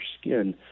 skin